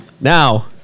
Now